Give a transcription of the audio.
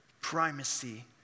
primacy